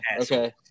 okay